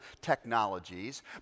technologies